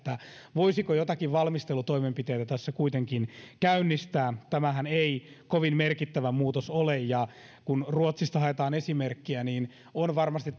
voisiko jotakin valmistelutoimenpiteitä tässä kuitenkin käynnistää tämähän ei kovin merkittävä muutos ole ja kun ruotsista haetaan esimerkkiä niin on varmasti